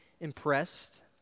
impressed